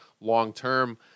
long-term